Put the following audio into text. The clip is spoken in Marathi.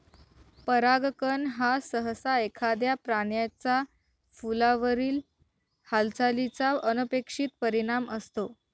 परागकण हा सहसा एखाद्या प्राण्याचा फुलावरील हालचालीचा अनपेक्षित परिणाम असतो